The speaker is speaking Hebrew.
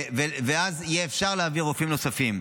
ואז יהיה אפשר להביא רופאים נוספים.